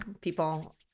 people